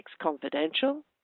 Confidential